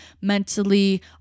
mentally